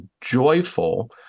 joyful